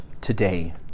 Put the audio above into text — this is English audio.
today